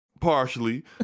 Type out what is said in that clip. partially